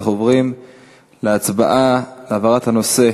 אנחנו עוברים להצבעה על העברת הנושא